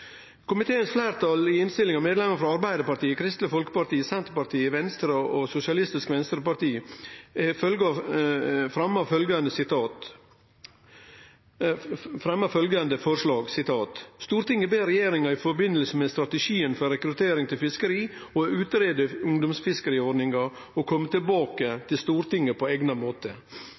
I innstillinga fremjar fleirtalet i komiteen, medlemer frå Arbeidarpartiet, Kristeleg Folkeparti, Senterpartiet, Venstre og Sosialistisk Venstreparti, følgjande forslag: «Stortinget ber regjeringen i forbindelse med strategien for rekruttering til fiskerier om å utrede ungdomsfiskeordningen og komme tilbake til Stortinget på egnet måte.»